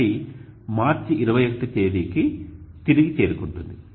మళ్లీ మార్చి 21 తేదీకి తిరిగి చేరుకుంటుంది